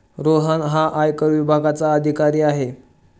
रोहन हा आयकर विभागाचा अधिकारी आहे